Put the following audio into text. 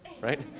right